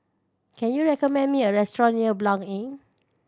can you recommend me a restaurant near Blanc Inn